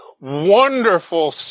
wonderful